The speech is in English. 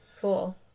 Cool